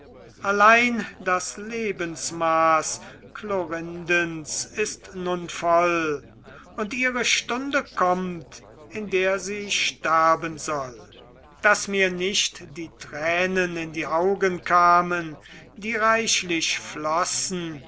allein das lebensmaß chlorindens ist nun voll und ihre stunde kommt in der sie sterben soll daß mir nicht die tränen in die augen kamen die reichlich flossen